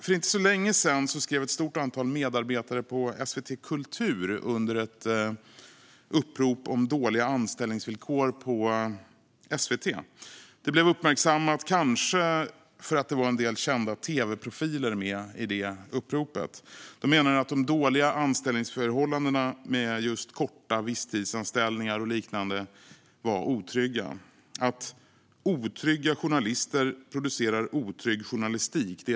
För inte så länge sedan skrev ett stort antal medarbetare på SVT Kultur under ett upprop om dåliga anställningsvillkor på SVT. Det blev uppmärksammat, kanske för att det fanns en del kända tv-profiler med i uppropet. De menade att de dåliga anställningsförhållandena med just korta visstidsanställningar och liknande var otrygga. Otrygga journalister producerar otrygg journalistik.